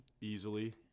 easily